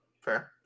Fair